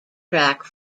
track